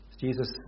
Jesus